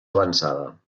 avançada